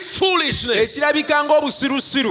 foolishness